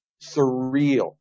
surreal